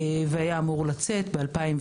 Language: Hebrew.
והיה אמור לצאת ב-2019.